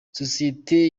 sosiyete